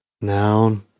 Noun